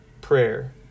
prayer